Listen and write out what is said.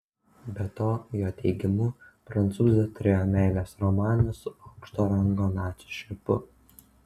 be to jo teigimu prancūzė turėjo meilės romaną su aukšto rango nacių šnipu